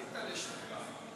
עלית לשנתיים.